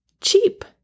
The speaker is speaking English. cheap